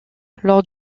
lors